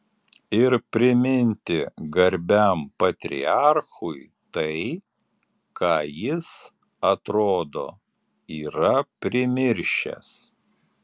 ir priminti garbiam patriarchui tai ką jis atrodo yra primiršęs